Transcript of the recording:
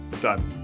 done